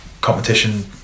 competition